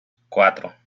cuatro